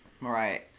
Right